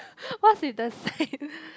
what is the same